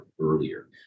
earlier